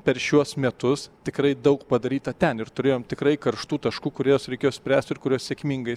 per šiuos metus tikrai daug padaryta ten ir turėjom tikrai karštų taškų kuriuos reikėjo spręst ir kuriuos sėkmingai